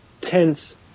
tense